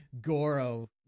Goro